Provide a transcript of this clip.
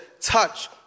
touch